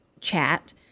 chat